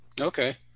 Okay